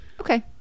okay